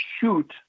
shoot